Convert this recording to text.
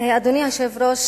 אדוני היושב-ראש,